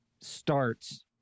starts